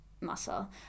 muscle